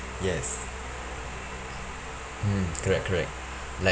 yes mm correct correct like